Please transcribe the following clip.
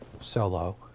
solo